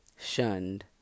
shunned